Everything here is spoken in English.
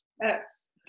yes